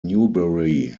newbury